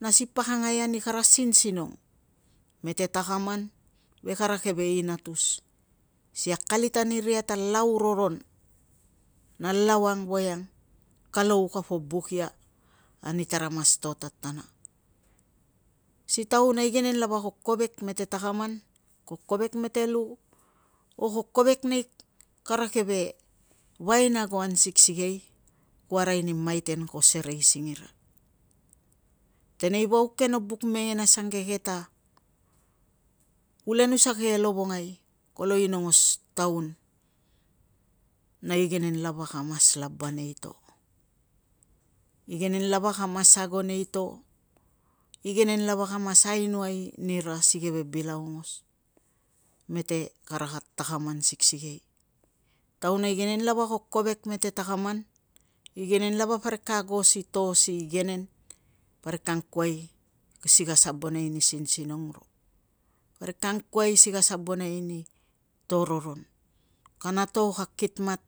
Na asi pakangai ani kara sinsinong mete takaman ve kara keve inatus si akalit aniria ta lau roron na lau ang voiang kalou kapo buk ia ani tara mas to tatana. Si taun a igenen lava ko kovek mete takaman, ko kovek mete lu, o ko kovek mete kara keve vainagoan siksikei ku arai ni maiten ko serei singira. Tenei vauk ke no buk mengen asangke ta kulenusa ke e lovongai ko inongos taun na igenen lava ka mas laba nei to, igenen lava ka mas ago nei to, igenen lava ka mas ainoai nira si keve bil aongos, mete kara takaman siksikei. Taun a igenen lava ko kovek mete takaman, igenen lava parik ka ago si to si igenen, parik ka angkuai si ka sabonai ni sinsinong ro. Parik ka angkuai si sabonai ni to roron kana to ka kitmat,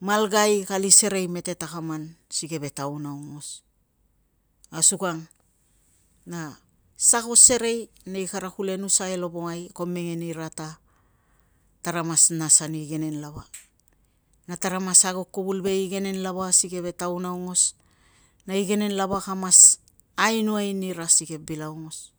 malgai ka ul serei mete takaman si keve taun aungos. Asukang na sa ko serei nei kara kulenusa e lovongai, ko mengen ira ta tara mas nas ani igenen lava, na tara mas ago kuvul ve igenen lava si keve taun aongos, na igenen lava ka mas ainoai ni ra si keve bil aungos.